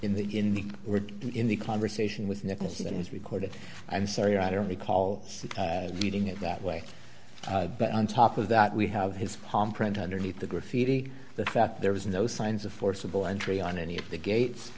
in the in the we're in the conversation with nicholson is recorded i'm sorry i don't recall reading it that way but on top of that we have his palm print underneath the graffiti the fact there was no signs of forcible entry on any of the gates